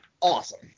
awesome